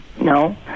No